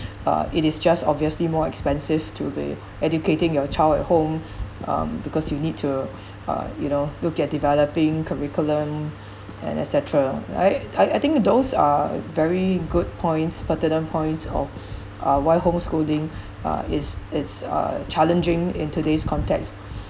uh it is just obviously more expensive to be educating your child at home um because you need to uh you know look at developing curriculum and et cetera I I I think those are very good points pertinent points of uh why homeschooling uh is is a challenging in today's context